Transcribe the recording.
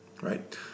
Right